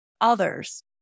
others